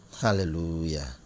Hallelujah